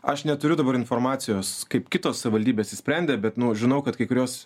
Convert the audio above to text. aš neturiu dabar informacijos kaip kitos savivaldybės išsprendė bet nu žinau kad kai kurios